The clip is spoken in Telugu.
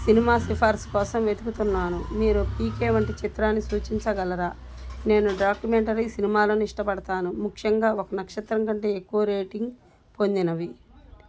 సినిమా సిఫార్సు కోసం వెతుకుతున్నాను మీరు పీకే వంటి చిత్రాన్ని సూచించగలరా నేను డాక్యుమెంటరీ సినిమాలను ఇష్టపడతాను ముఖ్యంగా ఒక నక్షత్రం కంటే ఎక్కువ రేటింగ్ పొందినవి